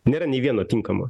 nėra nei vieno tinkamo